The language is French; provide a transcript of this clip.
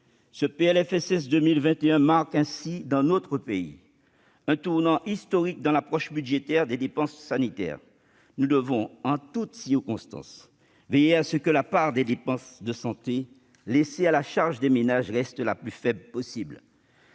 Ce PLFSS 2021 marque ainsi, dans notre pays, un tournant historique de l'approche budgétaire des dépenses sanitaires. Nous devons, en toutes circonstances, veiller à ce que la part des dépenses de santé laissée à la charge des ménages reste la plus faible possible.